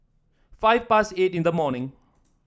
five past eight in the morning